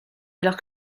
alors